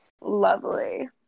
Lovely